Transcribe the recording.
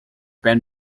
ban